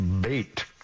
bait